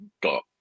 got